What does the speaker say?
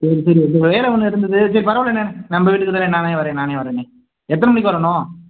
சரி சரி இங்கே வேலை ஒன்று இருந்தது சரி பரவாயில்லண்ணே நம்ம வீட்டுக்குதானே நானே வரேன் நானே வரேண்ணே எத்தனை மணிக்கு வரணும்